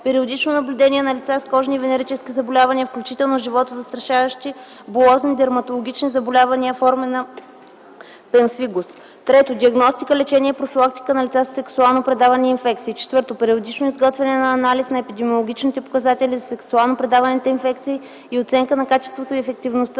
периодично наблюдение на лица с кожни и венерически заболявания, включително животозастрашаващи булозни дерматологични заболявания (форми на пемфигус); 3. диагностика, лечение и профилактика на лица със сексуално предавани инфекции; 4. периодично изготвяне на анализ на епидемиологичните показатели за сексуално предаваните инфекции и оценка на качеството и ефективността